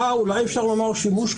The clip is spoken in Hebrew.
אתה יודע איך נגמר השיר נערה ממש אוצר.